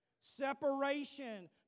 Separation